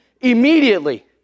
immediately